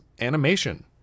animation